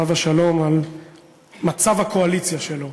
עליו השלום, על מצב הקואליציה שלו.